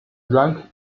rank